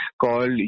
called